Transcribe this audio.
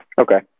Okay